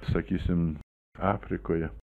sakysim afrikoje